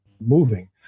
moving